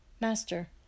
Master